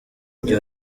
mujyi